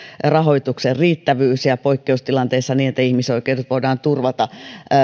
rahoituksen riittävyys poikkeustilanteissa niin että ihmisoikeudet voidaan turvata